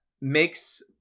makes